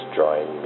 join